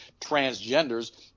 transgenders